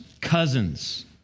cousins